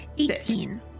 Eighteen